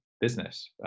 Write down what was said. business